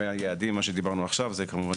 האפשרות להרחיב את החוק תחול על אותם